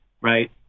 right